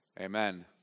Amen